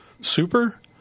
Super